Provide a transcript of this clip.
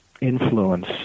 influence